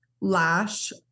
lash